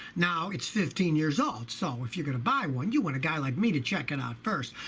now it's fifteen years old so if you're going to buy one you want a guy like me to check it out first,